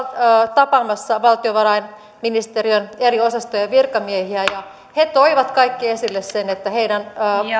tapaamassa valtiovarainministeriön eri osastojen virkamiehiä ja he toivat kaikki esille sen että heidän